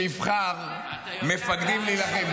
שיבחר מפקדים להילחם?